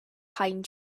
pine